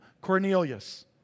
Cornelius